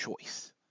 choice